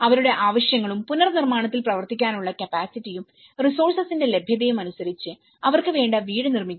അവരുടെ ആവശ്യങ്ങളും പുനർനിമ്മാണത്തിൽ പ്രവർത്തിക്കാനുള്ള കപ്പാസിറ്റിയും റിസോഴ്സസിന്റെ ലഭ്യതയും അനുസരിച്ചു അവർക്ക് വേണ്ട വീട് നിർമ്മിക്കുക